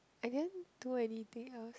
I didn't do anything else